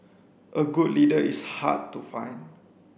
a good leader is hard to find